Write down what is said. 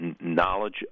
knowledge